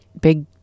big